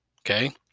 Okay